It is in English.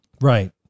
Right